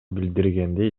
билдиргендей